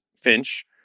Finch